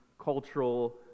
cultural